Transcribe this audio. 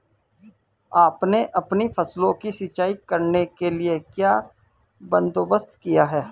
आपने अपनी फसलों की सिंचाई करने के लिए क्या बंदोबस्त किए है